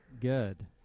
good